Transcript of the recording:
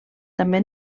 també